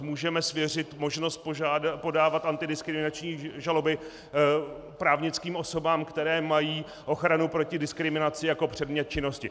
Můžeme svěřit možnost podávat antidiskriminační žaloby právnickým osobám, které mají ochranu proti diskriminaci jako předmět činnosti.